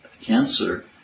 cancer